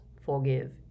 forgive